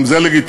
גם זה לגיטימי.